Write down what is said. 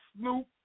Snoop